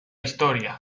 historia